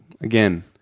Again